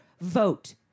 vote